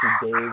Dave